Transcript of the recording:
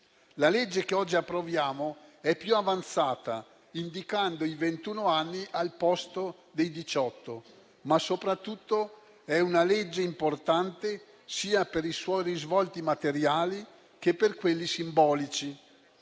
La legge che oggi approviamo è più avanzata, indicando i ventun anni al posto dei diciotto, ma soprattutto è una legge importante sia per i suoi risvolti materiali sia per quelli simbolici.